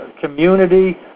community